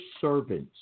servants